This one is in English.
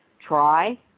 try